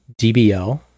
DBL